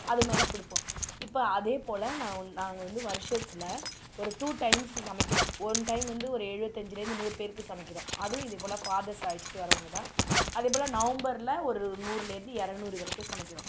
அதுமாதிரி கொடுப்போம் இப்போ அதேபோல் நான் வன் நாங்கள் வந்து வருஷத்தில் ஒரு டூ டைம்ஸ் சமைக்கிறோம் ஒன் டைம் வந்து ஒரு எழுவத்தஞ்சில் இருந்து நூறு பேருக்கு சமைக்கிறோம் அதுவும் இதே போல் ஃபாதர்ஸ் அழைச்சிட்டு வர்றவங்க தான் அதேபோல் நவம்பர்ல ஒரு நூறுலேருந்து இரநூறு வரைக்கும் சமைக்கிறோம்